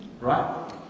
Right